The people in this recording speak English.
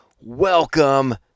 Welcome